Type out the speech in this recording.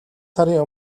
сарын